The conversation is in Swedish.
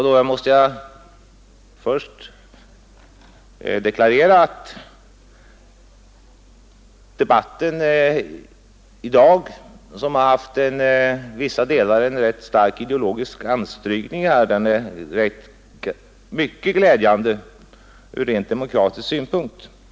Då måste jag först deklarera att debatten i dag, som till vissa delar har haft en rätt stark ideologisk anstrykning, är mycket glädjande ur rent demokratisk synpunkt.